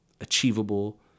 achievable